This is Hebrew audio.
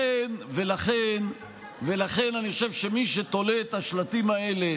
ולכן אני חושב שמי שתולה את השלטים האלה